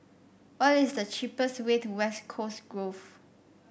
what is the cheapest way to West Coast Grove